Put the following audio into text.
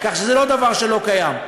כך שזה לא דבר שלא קיים.